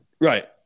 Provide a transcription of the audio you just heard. right